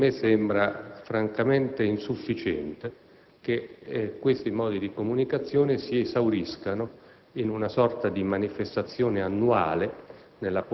a me sembra insufficiente che questi modi di comunicazione si esauriscano in una sorta di manifestazione annuale